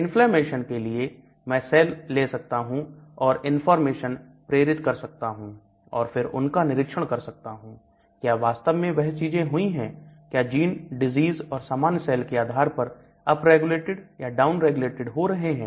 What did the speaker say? inflammation के लिए मैं सेल ले सकता हूं और इनफॉरमेशन प्रेरित कर सकता हूं और फिर उनका निरीक्षण कर सकता हूं क्या वास्तव में वह चीजें हुई है क्या जीन डिजीज और सामान्य सेल के आधार पर अपरेगुलेटेड या डाउनरेगुलेटेड हो रहे हैं